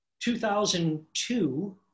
2002